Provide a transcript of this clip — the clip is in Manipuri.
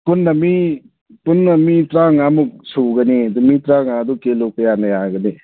ꯄꯨꯟꯅ ꯃꯤ ꯄꯨꯟꯅ ꯃꯤ ꯇꯔꯥꯃꯉꯥꯃꯨꯛ ꯁꯨꯒꯅꯤ ꯑꯗꯨ ꯃꯤ ꯇꯔꯥꯃꯉꯥꯗꯨ ꯀꯤꯂꯣ ꯀꯌꯥꯅ ꯌꯥꯒꯅꯤ